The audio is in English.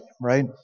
right